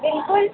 बिल्कुल